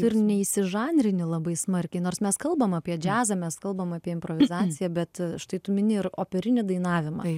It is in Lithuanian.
ir neįsižanrini labai smarkiai nors mes kalbam apie džiazą mes kalbam apie improvizaciją bet štai tu mini ir operinį dainavimą